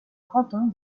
canton